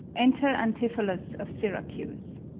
enter antipholus of syracuse